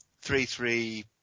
three-three